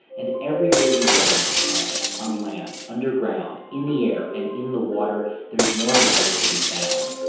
and everywhere you go on this planet on land, underground, in the air, and in the water there's more life to be found.